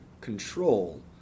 control